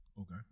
Okay